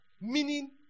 Meaning